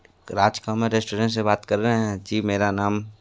राजकुमार restaurant से बात कर रहे हैं जी मेरा नाम